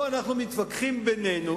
פה אנחנו מתווכחים בינינו